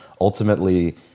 Ultimately